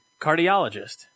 Cardiologist